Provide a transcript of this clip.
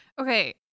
Okay